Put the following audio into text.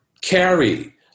Carry